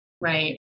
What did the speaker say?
Right